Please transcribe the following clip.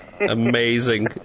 Amazing